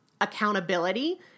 accountability